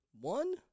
One